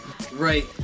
Right